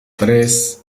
tres